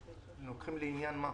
לוקחים לעניין מה?